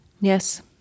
Yes